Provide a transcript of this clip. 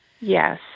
Yes